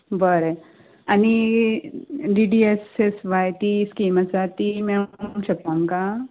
बरें आनी D S S Y ती स्कीम आसा ती मेळूंक शकता आमकां